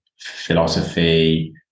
philosophy